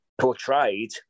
portrayed